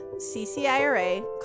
CCIRA